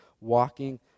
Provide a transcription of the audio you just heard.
walking